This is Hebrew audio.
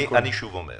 אני שוב אומר